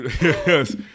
Yes